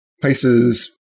places